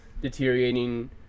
deteriorating